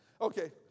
Okay